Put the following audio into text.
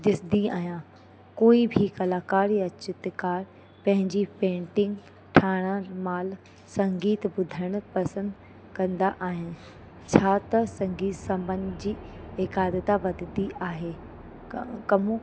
ॾिसंदी आहियां कोई बि कलाकार या चित्रकार पंहिंजी पेंटिंग ठहिण महिल संगीत ॿुधणु पसंदि कंदा आहिनि छा त संगीत संबंध जी एकाग्रता वधंदी आहे क कम